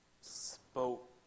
spoke